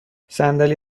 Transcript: صندلی